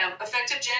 Effective